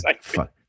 Fuck